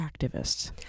activists